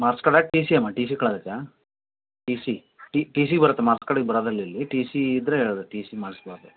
marks card T ಸಿಯಮ್ಮ T C ಕಳ್ದತಾ T C T C ಬರತ್ತೆ ಮಾರ್ಕ್ಸ್ ಕಾರ್ಡಿಗೆ ಬರೋದಿಲ್ ಇಲ್ಲಿ ಟೀ ಸಿ ಇದ್ದರೆ ಟೀ ಸಿ ಮಾಡಿಸ್ಬೇಕ್